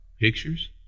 pictures